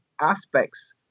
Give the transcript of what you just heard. aspects